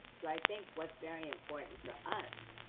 so i think what's very important for us,